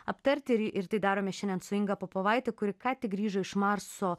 aptarti ir tai darome šiandien su inga popovaitė kuri ką tik grįžo iš marso